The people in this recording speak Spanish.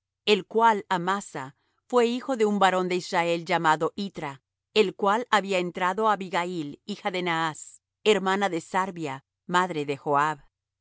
el cual amasa fué hijo de un varón de israel llamado itra el cual había entrado á abigail hija de naas hermana de sarvia madre de